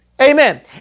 Amen